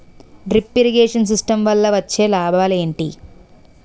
Drip irrigation system వల్ల వచ్చే లాభాలు ఏంటి?